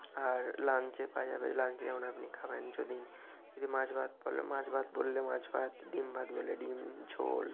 আর লাঞ্চে পাওয়া যাবে লাঞ্চে যেমন আপনি খাবেন যেদিন যদি মাছ ভাত বলে মাছ ভাত বললে মাছ ভাত ডিম ভাত বললে ডিম ঝোল